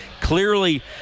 clearly